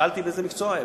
שאלתי באיזה מקצוע הם,